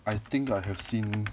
I think I have seen